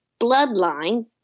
bloodline